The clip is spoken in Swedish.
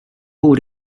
bor